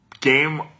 game